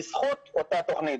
בזכות אותה תוכנית,